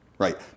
right